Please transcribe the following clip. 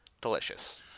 delicious